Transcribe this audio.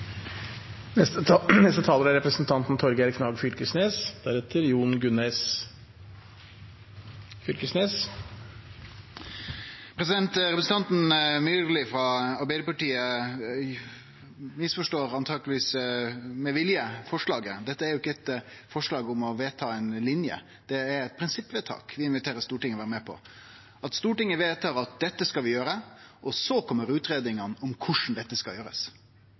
Representanten Myrli frå Arbeidarpartiet misforstår – antakeleg med vilje – forslaget. Dette er ikkje eit forslag om å vedta ei linje. Det er eit prinsippvedtak vi inviterer Stortinget til å vere med på: At Stortinget vedtar at dette skal vi gjere, og så kjem utgreiingane av korleis det skal gjerast.